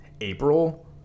April